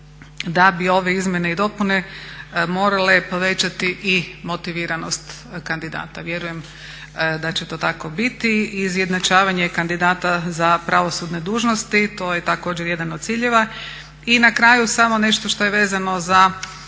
da bi ove izmjene i dopune morale povećati i motiviranost kandidata. Vjerujem da će to tako i biti i izjednačavanje kandidata za pravosudne dužnosti, to je također jedan od ciljeva. I na kraju samo nešto što je vezano za